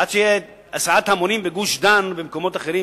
עד שתהיה הסעת המונים בגוש-דן ובמקומות אחרים,